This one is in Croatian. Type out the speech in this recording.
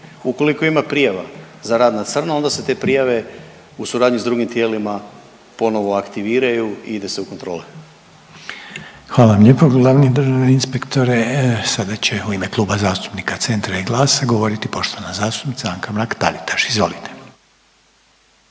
Ukoliko ima prijava za rad na crno onda se te prijave u suradnji s drugim tijelima ponovo aktiviraju i ide se u kontrole. **Reiner, Željko (HDZ)** Hvala glavni državni inspektora. Sada će u ime Kluba zastupnika Centra i GLAS-a govoriti poštovana zastupnica Anka Mrak Taritaš. Izvolite.